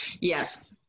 Yes